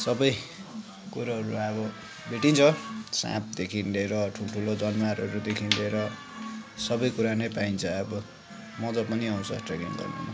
सबै कुरोहरू अब भेटिन्छ साँपदेखिन् लेएर ठुल्ठुलो जनावरहरूदेखिन् लिएर सबै कुरा नै पाइन्छ अब मजा पनि आउँछ ट्रेकिङ गर्नुमा